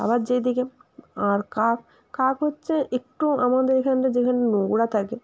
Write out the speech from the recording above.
আবার যেদিকে আর কাক কাক হচ্চে একটু আমাদের এখানটা যেখানে নোংরা থাকে